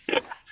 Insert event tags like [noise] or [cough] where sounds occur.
[laughs]